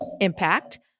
impact